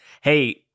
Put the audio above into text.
hey